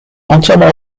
entièrement